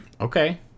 Okay